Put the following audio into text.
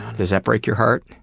does that break your heart?